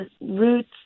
roots